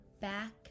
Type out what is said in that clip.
back